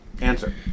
Answer